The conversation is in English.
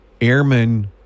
airmen